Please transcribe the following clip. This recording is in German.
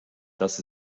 das